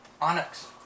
Onyx